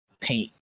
paint